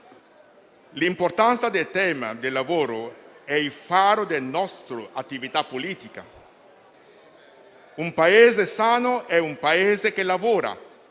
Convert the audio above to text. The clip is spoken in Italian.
L'importanza del tema del lavoro è il faro della nostra attività politica. Un Paese sano è un Paese che lavora